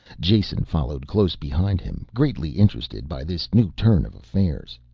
jason, followed close behind him, greatly interested by this new turn of affairs.